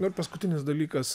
na ir paskutinis dalykas